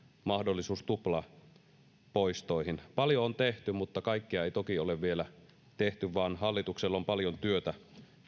mahdollisuus tuplapoistoihin paljon on tehty mutta kaikkia toki ei ole vielä tehty vaan hallituksella on paljon työtä